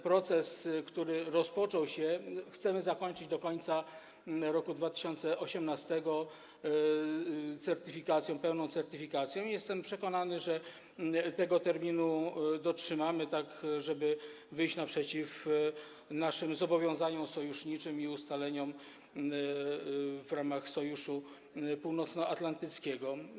Proces, który się rozpoczął, chcemy zakończyć do końca roku 2018 pełną certyfikacją i jestem przekonany, że tego terminu dotrzymamy, tak żeby wyjść naprzeciw naszym zobowiązaniom sojuszniczym i ustaleniom w ramach Sojuszu Północnoatlantyckiego.